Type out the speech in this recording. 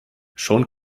schon